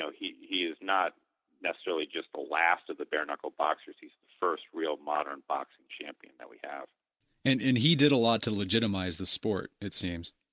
so he he is not necessarily just the last of the bare-knuckled boxers, he's the first real modern boxing champion that we have and and he did a lot to legitimize the sport it seems?